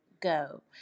go